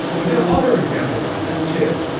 but there are other examples like that too.